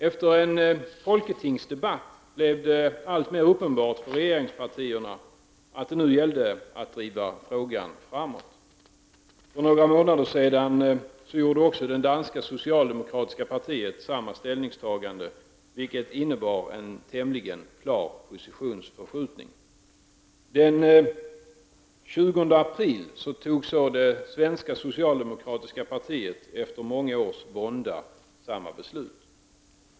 Efter en folketingsdebatt blev det alltmer uppenbart för regeringspartierna att det nu gäller att driva frågan framåt. För några månader sedan gjorde också det danska socialdemokratiska partiet samma ställningstagande, vilket innebar en tämligen klar positionsförskjutning. Den 20 april fattade så det svenska socialdemokratiska partiet efter många års vånda samma beslut.